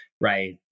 right